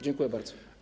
Dziękuję bardzo.